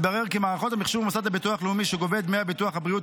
מתברר כי מערכות המחשוב במוסד לביטוח לאומי שגובה את דמי ביטוח הבריאות